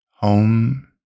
home